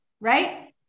right